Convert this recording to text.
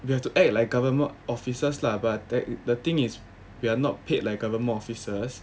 you have to act like government officers lah but the thing is we are not paid like government officers